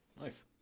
Nice